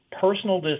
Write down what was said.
Personal